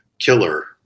killer